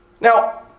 Now